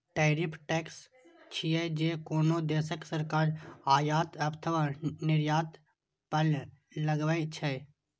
tariff tax छियै, जे कोनो देशक सरकार आयात अथवा निर्यात पर लगबै छै